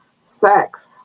sex